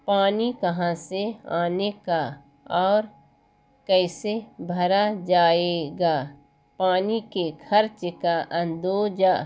پانی کہاں سے آنے کا اورکیسے بھرا جائے گا پانی کے خرچ کا اندازہ